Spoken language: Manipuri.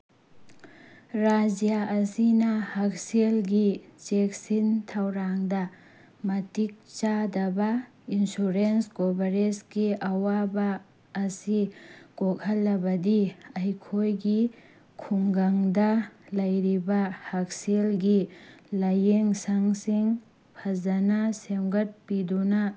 ꯔꯥꯏꯖ ꯑꯁꯤꯅ ꯍꯛꯁꯦꯜꯒꯤ ꯆꯦꯛꯁꯤꯟ ꯊꯧꯔꯥꯡꯗ ꯃꯇꯤꯛ ꯆꯥꯗꯕ ꯏꯟꯁꯨꯔꯦꯟꯁ ꯀꯣꯚꯔꯦꯖꯀꯤ ꯑꯋꯥꯕ ꯑꯁꯤ ꯀꯣꯛꯍꯜꯂꯕꯗꯤ ꯑꯩꯈꯣꯏꯒꯤ ꯈꯨꯡꯒꯪꯗ ꯂꯩꯔꯤꯕ ꯍꯛꯁꯦꯜꯒꯤ ꯂꯥꯏꯌꯦꯡꯁꯪꯁꯤꯡ ꯐꯖꯅ ꯁꯦꯝꯒꯠꯄꯤꯗꯨꯅ